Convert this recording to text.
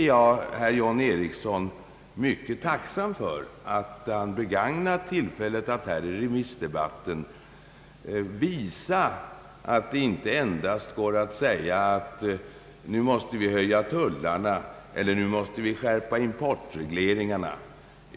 Jag är mycket tacksam för att herr John Ericsson har begagnat tillfället att här i remissdebatten visa att det inte endast går att säga att vi nu måste höja tullarna eller skärpa importregleringarna.